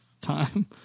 time